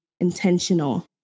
intentional